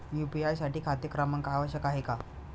UPI साठी खाते क्रमांक आवश्यक आहे का?